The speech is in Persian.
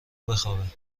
بخوابه